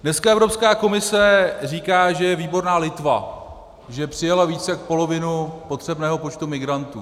Dneska Evropská komise říká, že je výborná Litva, že přijala víc jak polovinu potřebného počtu migrantů.